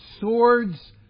swords